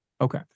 Okay